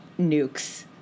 nukes